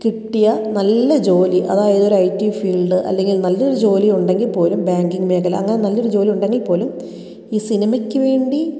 കിട്ടിയ നല്ല ജോലി അതായത് ഒരു ഐ റ്റി ഫീൽഡ് അല്ലെങ്കിൽ നല്ലൊരു ജോലി ഉണ്ടെങ്കിൽ പോലും ബാങ്കിങ് മേഖല അങ്ങനെ നല്ലൊരു ജോലി ഉണ്ടെങ്കിൽപ്പോലും ഈ സിനിമക്ക് വേണ്ടി